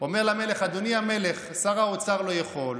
אדוני המלך, שר האוצר לא יכול,